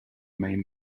main